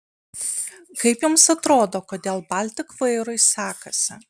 kaip jums atrodo kodėl baltik vairui sekasi